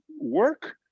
work